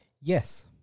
yes